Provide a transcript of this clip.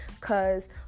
cause